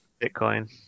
Bitcoin